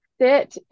sit